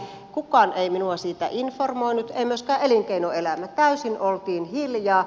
kukaan ei minua siitä informoinut ei myöskään elinkeinoelämä täysin oltiin hiljaa